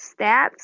stats